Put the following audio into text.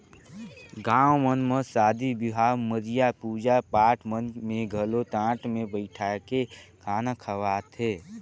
गाँव मन म सादी बिहाव, मरिया, पूजा पाठ मन में घलो टाट मे बइठाके खाना खवाथे